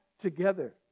together